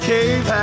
Cave